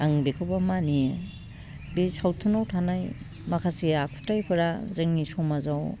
आं बेखौबो मानियो बे सावथुनाव थानाय माखासे आखुथाइफोरा जोंनि समाजाव